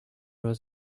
was